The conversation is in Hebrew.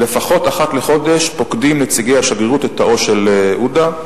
לפחות אחת לחודש פוקדים נציגי השגרירות את תאו של עודה,